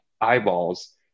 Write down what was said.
eyeballs